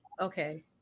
Okay